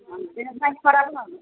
ହଁ ଦେହପାହା ଖରାପ ଆଉ